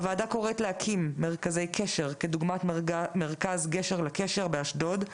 הוועדה קוראת להקים מרכזי קשר כדוגמת מרכז גשר לקשר באשדוד,